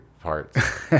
parts